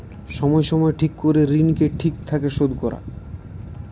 সময় সময় ঠিক করে ঋণকে ঠিক থাকে শোধ করা